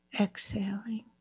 Exhaling